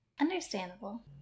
understandable